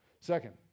Second